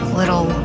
little